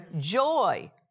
Joy